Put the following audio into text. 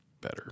better